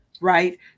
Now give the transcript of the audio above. right